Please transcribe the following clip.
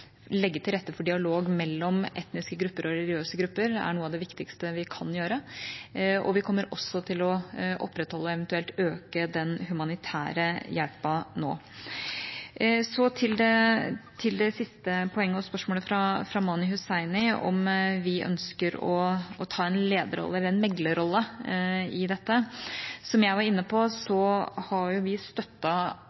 legge til rette for dialog mellom etniske grupper og religiøse grupper er noe av det viktigste vi kan gjøre. Vi kommer også til å opprettholde, eller eventuelt øke, den humanitære hjelpen nå. Så til det siste poenget, og spørsmålet fra Mani Hussaini, om vi ønsker å ta en lederrolle, eller en meglerrolle, i dette: Som jeg var inne på,